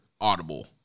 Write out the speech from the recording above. audible